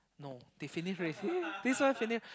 no they finish already see this one finish